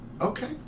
Okay